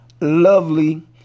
lovely